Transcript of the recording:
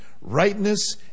rightness